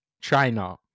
China